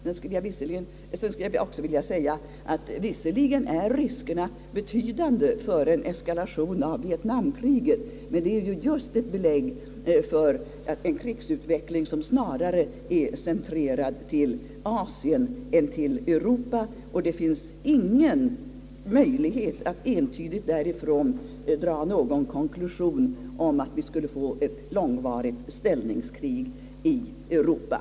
Så skulle jag också vilja säga, att visserligen är riskerna betydande för en eskalation av vietnamkriget, men det är ju just ett belägg för en krigsutveckling som snarare är centrerad till Asien än till Europa, med andra stormakter i bilden än här, så det finns ingen möjlighet att därifrån dra någon konklusion om att vi skulle få ett långvarigt ställningskrig i Europa.